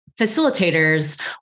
facilitators